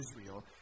Israel